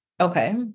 Okay